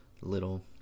little